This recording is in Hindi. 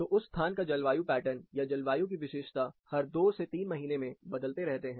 तो उस स्थान का जलवायु पैटर्न या जलवायु की विशेषता हर 2 से 3 महीने में बदलते रहते हैं